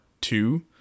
two